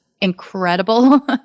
incredible